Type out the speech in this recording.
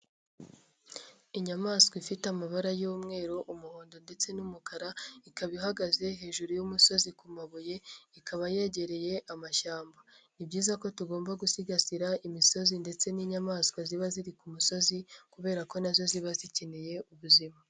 Inyamaswa ifite amabara y'umweru umuhondo ndetse n'umukara, ikaba ihagaze hejuru y'umusozi ku mabuye, ikaba yegereye amashyamba ni byiza ko tugomba gusigasira imisozi ndetse n'inyamaswa ziba ziri ku musozi, kubera ko nazo ziba zikeneye ubuzima.